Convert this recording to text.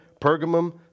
Pergamum